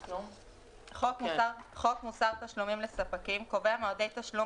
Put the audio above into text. חוק מוסר תשלומים לספקים קובע מועדי תשלום